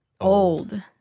old